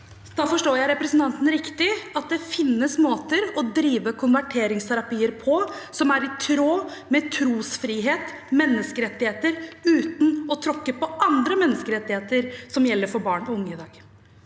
Forstår jeg da representanten riktig, at det finnes måter å drive konverteringsterapier på som er i tråd med trosfrihet og menneskerettigheter, uten å tråkke på andre menneskerettigheter som gjelder for barn og unge i dag?